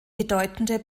bedeutende